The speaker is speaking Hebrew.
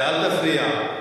אל תפריע.